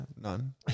None